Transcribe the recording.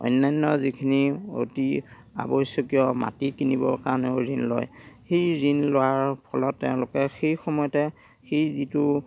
অন্য়ান্য় যিখিনি অতি আৱশ্য়কীয় মাটি কিনিবৰ কাৰণেও ঋণ লয় সেই ঋণ লোৱাৰ ফলত তেওঁলোকে সেই সময়তে সেই যিটো